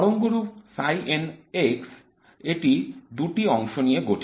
তরঙ্গরূপ ψn - এটি দুটি অংশ নিয়ে গঠিত